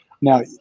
now